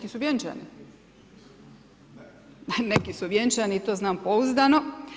Oni su vjenčani, neki su vjenčani i to znam pouzdano.